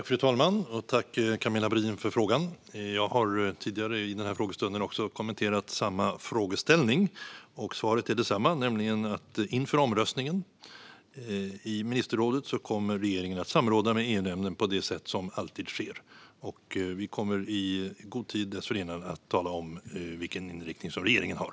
Fru talman! Tack, Camilla Brodin, för frågan! Jag har tidigare under den här frågestunden kommenterat samma frågeställning, och svaret nu är detsamma: Inför omröstningen i ministerrådet kommer regeringen att samråda med EU-nämnden på det sätt som alltid sker. Vi kommer i god tid dessförinnan att tala om vilken inriktning regeringen har.